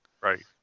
right